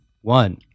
one